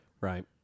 Right